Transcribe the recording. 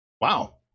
Wow